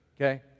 Okay